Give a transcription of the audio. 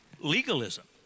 Legalism